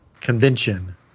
convention